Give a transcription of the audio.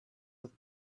with